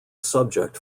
subject